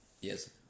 Yes